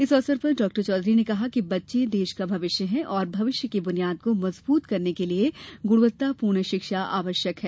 इस अवसर पर डॉ चौधरी ने कहा कि बच्चे देश का भविष्य हैं और भविष्य की बुनियाद को मजबूत करने के लिए गुणवत्तापूर्ण शिक्षा आवश्यक है